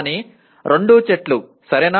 కానీ రెండూ చెట్లు సరేనా